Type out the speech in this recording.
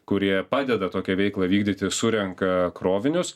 kurie padeda tokią veiklą vykdyti surenka krovinius